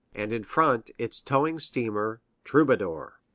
and in front its towing-steamer, troubadour.